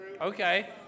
Okay